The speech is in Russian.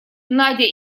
надя